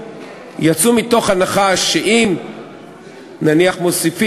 להצעת חוק ההגבלים העסקיים (תיקון מס' 14),